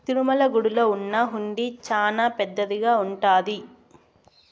తిరుమల గుడిలో ఉన్న హుండీ చానా పెద్దదిగా ఉంటాది